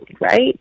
right